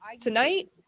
tonight